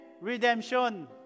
redemption